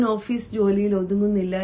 അവൻ ഓഫീസ് ജോലിയിൽ ഒതുങ്ങുന്നില്ല